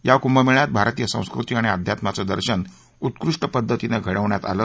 या कुंभमेळ्यात भारतीय संस्कृती आणि अध्यात्माचं दर्शन उत्कृष्ट पद्धतीनं घडवण्यात आलं